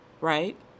right